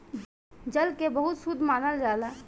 जल के बहुत शुद्ध मानल जाला